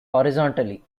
horizontally